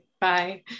Bye